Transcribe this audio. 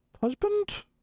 husband